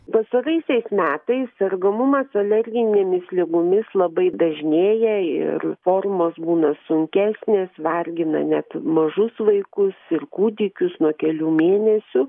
pastaraisiais metais sergamumas alerginėmis ligomis labai dažnėja ir formos būna sunkesnės vargina net mažus vaikus ir kūdikius nuo kelių mėnesių